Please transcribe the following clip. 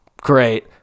Great